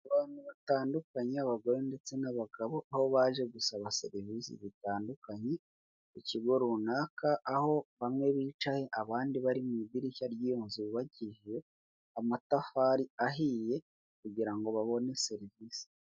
Uyu mugabo uri imbere yanjye afite kompiyuta nini mbere yaho kato ku yindi ntebe ikurikira hari undi nawe ufite compiyuta yambaye ikabutura afite igikapu ateretseho komputer hari abandi bantu inyuma ye nanone bahuze bose bafite telefone bameze nkabari kuri interinete bicaye mu modoka nini ya litiko.